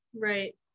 Right